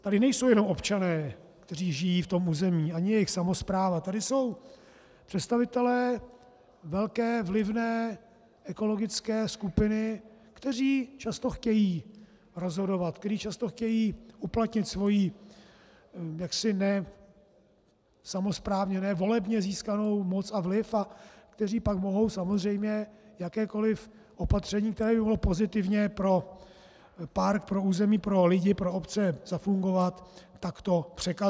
Tady nejsou jenom občané, kteří žijí v tom území, ani jejich samospráva, tady jsou představitelé velké vlivné ekologické skupiny, kteří často chtějí rozhodovat, kteří často chtějí uplatnit svou ne samosprávně, ne volebně získanou moc a vliv a kteří pak mohou samozřejmě jakékoli opatření, které by mohlo pozitivně pro park, pro území, pro lidi, pro obce zafungovat, takto překazit.